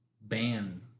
ban